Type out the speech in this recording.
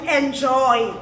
enjoy